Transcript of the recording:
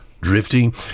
drifting